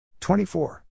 24